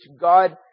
God